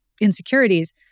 insecurities